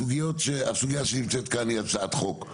הסוגייה שנמצאת כן היא הצעת חוק,